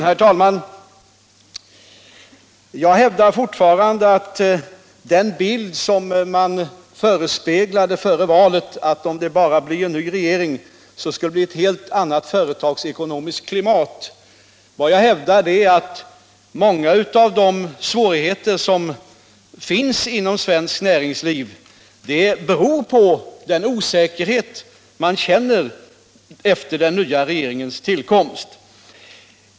Herr talman! Jag vidhåller att de borgerliga partiernas förespeglingar före valet — om det bara blev en ny regering så skulle det bli ett helt annat företagsekonomiskt klimat — var felaktiga. Jag hävdar att många av svårigheterna i dag inom svenskt näringsliv beror på den osäkerhet man känner efter den nya regeringens tillkomst.